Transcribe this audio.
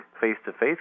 face-to-face